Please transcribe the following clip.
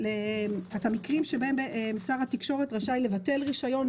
המקרים שבהם שר התקשורת רשאי לבטל רישיון,